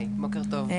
היי בוקר טוב,